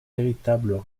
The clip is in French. véritable